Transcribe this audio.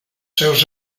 seus